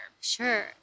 Sure